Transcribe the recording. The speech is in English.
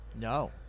No